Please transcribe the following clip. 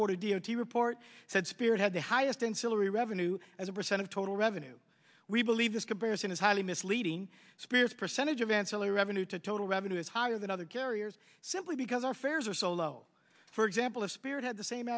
quarter d o t report said spirit had the highest in fillery revenue as a percent of total revenue we believe this comparison is highly misleading spears percentage of ancillary revenue to total revenue is higher than other carriers simply because our fares are so low for example a spirit had the same